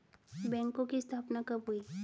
बैंकों की स्थापना कब हुई?